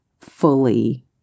fully